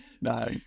no